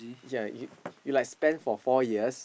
ya you you like spend for four years